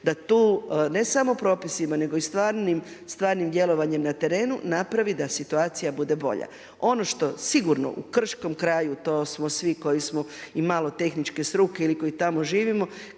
da tu ne samo propisima nego i stvarnim djelovanjem na terenu napravi da situacija bude bolja. Ono što sigurno u krškom kraju to smo svi koji smo imalo tehničke struke ili koji tamo živimo,